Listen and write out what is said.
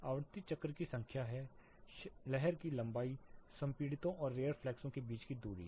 आवृत्ति चक्र की संख्या है लहर की लंबाई संपीड़ितों और रेयरफ़्लोज़ के बीच की दूरी है